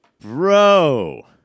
Bro